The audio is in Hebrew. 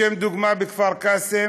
לשם דוגמה, לכפר קאסם